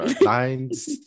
Lines